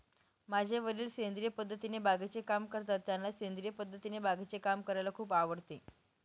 माझे वडील सेंद्रिय पद्धतीने बागेचे काम करतात, त्यांना सेंद्रिय पद्धतीने बागेचे काम करायला खूप आवडते